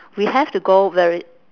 we have to go very